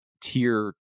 tier